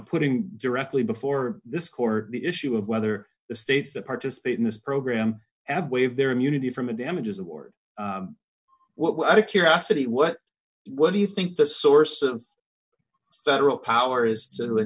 putting directly before this court the issue of whether the states that participate in this program add waive their immunity from a damages award what a curiosity what what do you think the source of federal power is